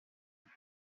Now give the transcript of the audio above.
cinc